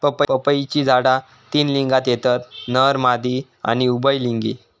पपईची झाडा तीन लिंगात येतत नर, मादी आणि उभयलिंगी